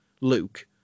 Luke